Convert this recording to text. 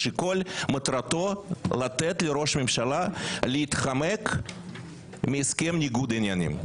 שכל מטרתו לתת לראש הממשלה להתחמק מהסכם ניגוד העניינים.